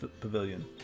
pavilion